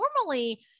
normally